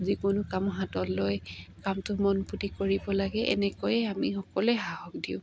যিকোনো কাম হাতত লয় কামটো মনপুতি কৰিব লাগে এনেকৈয়ে আমি সকলোৱে সাহস দিওঁ